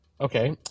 okay